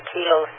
Kilo